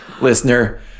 listener